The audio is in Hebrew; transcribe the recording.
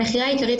המכירה העיקרית,